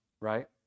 right